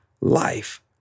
life